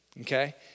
okay